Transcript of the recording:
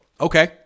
Okay